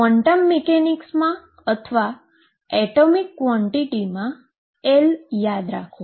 quantum મિકેનિક્સમાં અથવા atomic ક્વોન્ટીટીમાં L યાદ રાખો